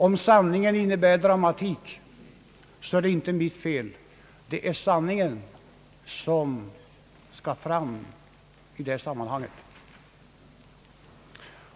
Om sanningen innebär dramatik, är det inte mitt fel — det är sanningen som skall fram i detta sammanhang.